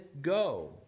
go